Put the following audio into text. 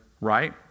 Right